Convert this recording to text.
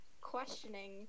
questioning